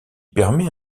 permet